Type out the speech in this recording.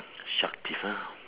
sharp teeth ah